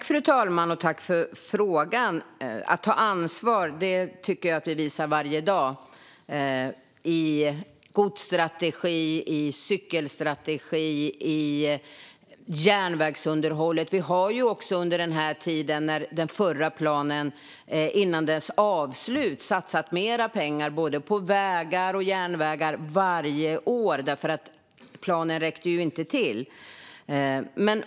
Fru talman! Jag tackar för frågan. Ansvarstagande tycker jag att vi visar varje dag i godsstrategi och cykelstrategi och när det gäller järnvägsunderhållet. Vi har ju också under tiden före den förra planens avslut satsat mer pengar på vägar och järnvägar varje år, eftersom planen inte räckte till.